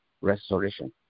restoration